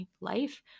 life